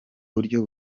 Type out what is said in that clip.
buryo